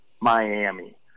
Miami